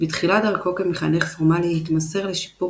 בתחילת דרכו כמחנך פורמלי התמסר לשיפור